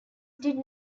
did